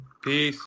peace